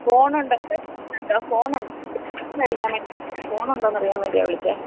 ഫോണൊണ്ടോ അവിടെ ഫോണൊണ്ടോ ഫോണൊ ഫോണ് മേടിക്കാന് വേണ്ടിയായിരുന്നു ഫോണൊണ്ടോന്ന് അറിയാന് വേണ്ടിയാണ് വിളിച്ചത്